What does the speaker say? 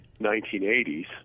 1980s